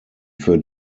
für